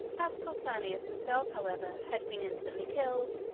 as pausanias himself, however, had been instantly killed,